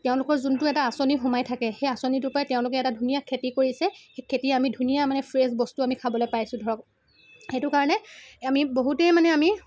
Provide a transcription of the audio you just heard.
তেওঁলোকৰ যোনটো এটা আঁচনি সোমাই থাকে সেই আঁচনিটোৰ পৰাই তেওঁলোকে এটা ধুনীয়া খেতি কৰিছে সেই খেতি আমি ধুনীয়া মানে ফ্ৰেছ বস্তু আমি খাবলৈ পাইছো ধৰক সেইটো কাৰণে আমি বহুতেই মানে আমি